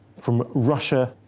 from russia